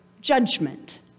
judgment